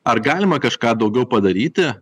ar galima kažką daugiau padaryti